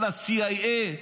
על ה-CIA,